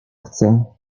chcę